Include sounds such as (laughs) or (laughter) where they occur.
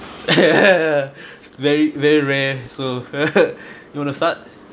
(laughs) very very rare so (laughs) you want to start